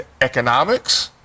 economics